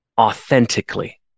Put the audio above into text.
authentically